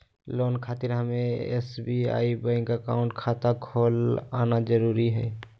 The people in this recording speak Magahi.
लोन खातिर हमें एसबीआई बैंक अकाउंट खाता खोल आना जरूरी है?